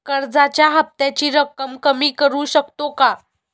कर्जाच्या हफ्त्याची रक्कम कमी करू शकतो का?